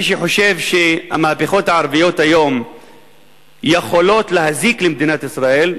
מי שחושב שהמהפכות הערביות היום יכולות להזיק למדינת ישראל,